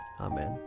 Amen